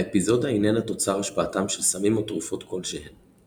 האפיזודה איננה תוצר השפעתם של סמים או תרופות כלשהן.